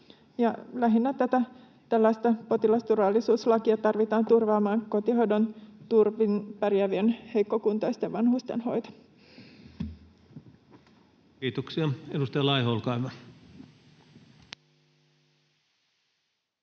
Tällaista potilasturvallisuuslakia tarvitaan lähinnä turvaamaan kotihoidon turvin pärjäävien heikkokuntoisten vanhusten hoito. [Speech 13] Speaker: